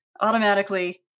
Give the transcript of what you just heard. automatically